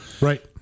right